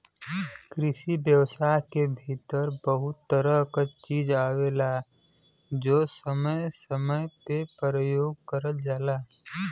कृषि व्यवसाय के भीतर बहुत तरह क चीज आवेलाजो समय समय पे परयोग करल जाला